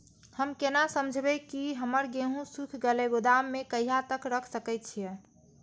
हम केना समझबे की हमर गेहूं सुख गले गोदाम में कहिया तक रख सके छिये?